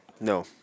No